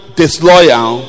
disloyal